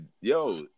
yo